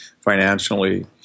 financially